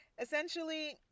essentially